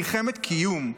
מלחמת קיום.